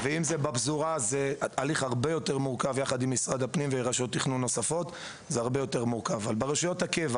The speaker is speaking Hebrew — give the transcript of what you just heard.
אנחנו מבחינתנו משרד חוקי שבונים איפה שאפשר ברשויות הקבע,